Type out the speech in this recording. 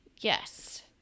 yes